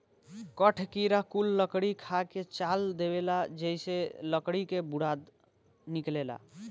कठ किड़ा कुल लकड़ी खा के चाल देवेला जेइसे लकड़ी के बुरादा निकलेला